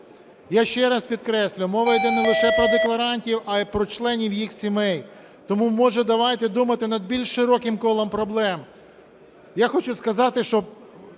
Я ще раз підкреслюю, мова йде не лише про декларантів, а і про членів їх сімей. Тому, може, давайте думати над більш широким колом проблем. Я хочу сказати, що